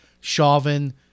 Chauvin